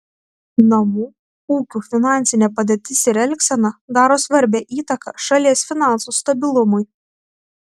namų ūkių finansinė padėtis ir elgsena daro svarbią įtaką šalies finansų stabilumui